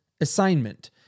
assignment